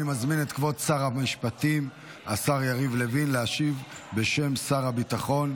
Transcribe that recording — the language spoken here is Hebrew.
אני מזמין את כבוד שר המשפטים השר יריב לוין להשיב בשם שר הביטחון,